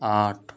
आठ